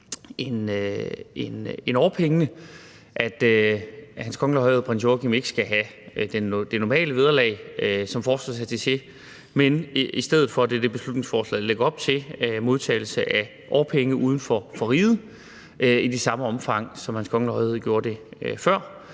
end årpengene, at Hans Kongelige Højhed Prins Joachim ikke skal have det normale vederlag som forsvarsattaché, men i stedet – og det er det, beslutningsforslaget lægger op til – modtager årpenge uden for riget i det samme omfang, som Hans Kongelige Højhed gjorde det før.